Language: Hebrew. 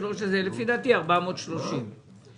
שזה לפי דעתי 430 שקל.